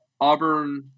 Auburn